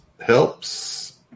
helps